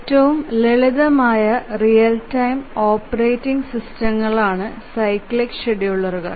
ഏറ്റവും ലളിതമായ real time operating സിസ്റ്റങ്ങളാണ് സൈക്ലിക് എക്സിക്യൂട്ടീവുകൾ